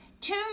two